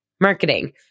marketing